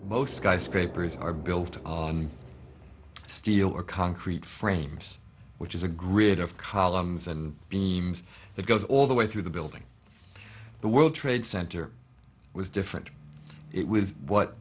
most guys scrapers are built on steel or concrete frames which is a grid of columns and beams that goes all the way through the building the world trade center was different it was what